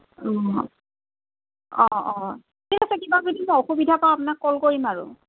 অঁ অঁ ঠিক আছে কিবা যদি মই অসুবিধা পাওঁ আপোনাক কল কৰিম আৰু